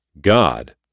God